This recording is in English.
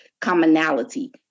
commonality